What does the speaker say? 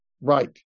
right